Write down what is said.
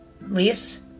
race